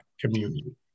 community